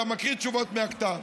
אתה מקריא תשובות מהכתב,